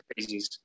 crazies